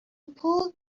pull